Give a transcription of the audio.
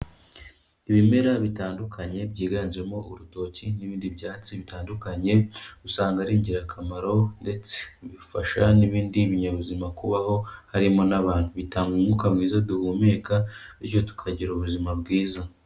Ibimera bitandukanye byiganjemo urutoki n'ibindi byatsi bitandukanye, usanga ari ingirakamaro ndetse bifasha n'ibindi binyabuzima kubaho, harimo n'abantu, bitanga umwuka mwiza duhumeka bityo tukagira ubuzima bwiza.